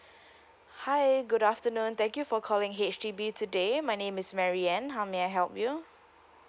hi good afternoon thank you for calling H_D_B today my name is maryanne how may I help you